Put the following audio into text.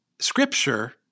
Scripture